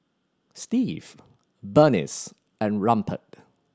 Steve Burnice and Rupert